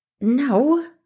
No